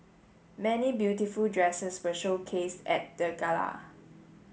many beautiful dresses were showcased at the gala